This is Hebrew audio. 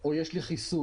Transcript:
או יש לי חיסון.